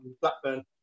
Blackburn